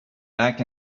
back